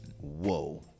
whoa